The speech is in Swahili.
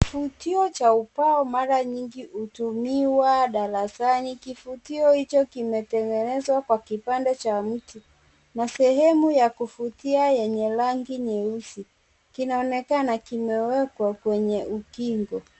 Kifutio cha ubao mara nyingi hutumiwa darasani. Kifutio hicho kimetengenezwa na kipande cha mti na sehemu ya kufutia chenye rangi nyeusi. Kinaonekana kimewekwa kwenye ukingo.